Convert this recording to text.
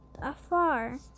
afar